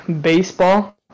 baseball